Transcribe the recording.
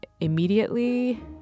immediately